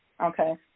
Okay